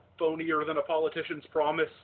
phonier-than-a-politician's-promise